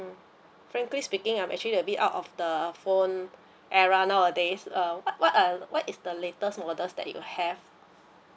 frankly speaking I'm actually a bit out of the phone era nowadays uh what uh what is the latest models that you have